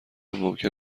ممکن